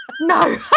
no